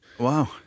Wow